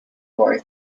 boy